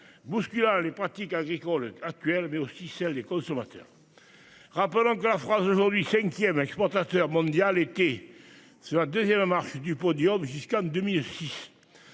bousculant les pratiques agricoles actuelles mais aussi celle des consommateurs. Rappelons que la France aujourd'hui 5ème exportateur mondial été sur la 2ème marche du podium jusqu'en 2006.